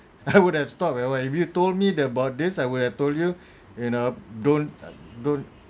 I would have stopped if you told me about this I would have told you you know don't don't